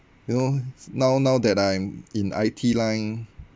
you know now now that I'm in I_T line